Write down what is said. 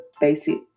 basic